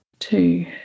Two